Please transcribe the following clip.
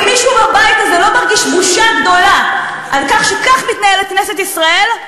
אם מישהו בבית הזה לא מרגיש בושה גדולה שכך מתנהלת כנסת ישראל,